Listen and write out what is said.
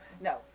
no